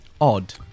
Odd